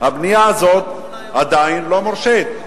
הבנייה הזאת עדיין לא מורשית,